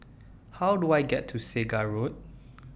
How Do I get to Segar Road